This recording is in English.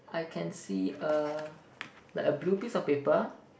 I can see a like a blue piece of paper